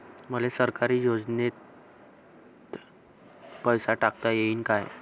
मले सरकारी योजतेन पैसा टाकता येईन काय?